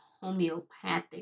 homeopathic